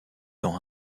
dans